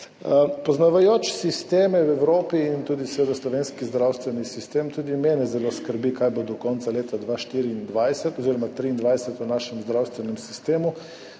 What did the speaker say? Poznavajoč sisteme v Evropi in tudi seveda slovenski zdravstveni sistem tudi mene zelo skrbi, kaj bo do konca leta 2024 oziroma 2023 v našem zdravstvenem sistemu,